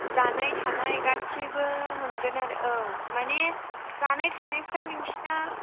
जानाय थानाय गासैबो मोनगोन आरो औ माने जानाय थानायफ्रा नोंसोरना